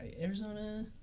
Arizona